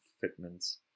fitments